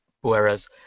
whereas